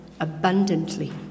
abundantly